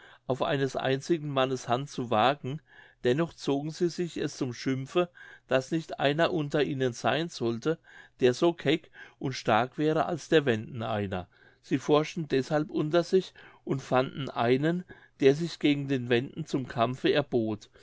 auf eines einzigen mannes hand zu wagen dennoch zogen sie sich es zum schimpfe daß nicht einer unter ihnen sein sollte der so keck und stark wäre als der wenden einer sie forschten deshalben unter sich und fanden einen der sich gegen den wenden zum kampfe erbot